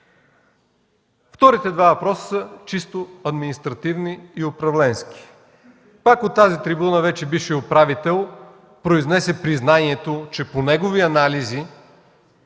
Вторите два въпроса са чисто административни и управленски. Пак от тази трибуна вече бившият управител произнесе признанието, че по негови анализи